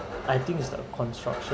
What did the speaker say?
I think it's the construction